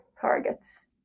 targets